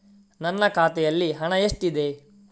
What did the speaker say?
ನನ್ನ ಖಾತೆಯಲ್ಲಿ ಹಣ ಎಷ್ಟಿದೆ?